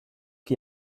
qui